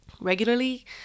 regularly